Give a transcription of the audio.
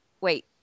Wait